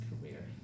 career